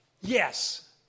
yes